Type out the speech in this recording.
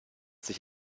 sich